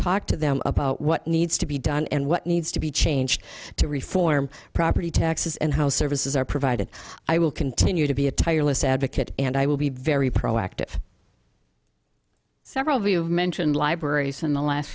talk to them about what needs to be done and what needs to be changed to reform property taxes and how services are provided i will continue to be a tireless advocate and i will be very proactive several of you have mentioned libraries in the last